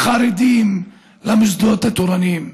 לחרדים, למוסדות התורניים.